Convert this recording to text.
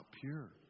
pure